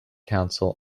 council